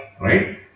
Right